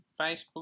Facebook